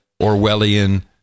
orwellian